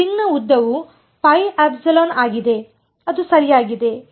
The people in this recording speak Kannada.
ಸ್ಟ್ರಿಂಗ್ನ ಉದ್ದವು ಆಗಿದೆ ಅದು ಸರಿಯಾಗಿದೆ